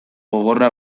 gogorra